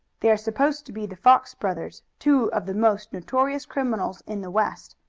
they are supposed to be the fox brothers, two of the most notorious criminals in the west.